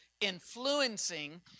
influencing